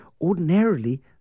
ordinarily